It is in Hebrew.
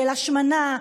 של השמנה,